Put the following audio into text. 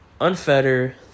unfetter